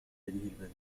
البلدة